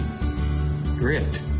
grit